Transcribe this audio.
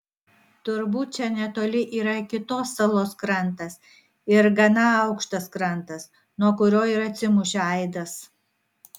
turbūt čia netoli yra kitos salos krantas ir gana aukštas krantas nuo kurio ir atsimušė aidas